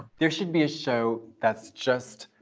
there should be a show that's just